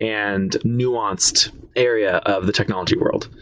and nuanced area of the technology world.